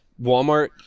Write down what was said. Walmart